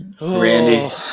Randy